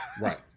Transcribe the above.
Right